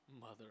Mother